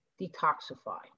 detoxify